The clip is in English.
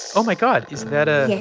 oh, my god. is that a. yes,